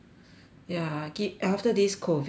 ya get after this COVID right